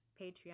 Patreon